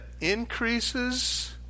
increases